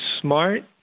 smart